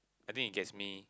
I think it gets me